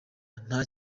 nta